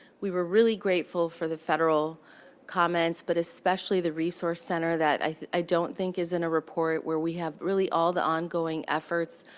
we were really grateful for the federal comments, but especially the resource center that i don't think is in the report, where we have really all the ongoing efforts,